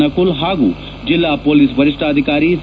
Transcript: ನಕುಲ್ ಹಾಗೂ ಜಿಲ್ಲಾ ಪೊಲೀಸ್ ವರಿಷ್ಠಾಧಿಕಾರಿ ಸಿ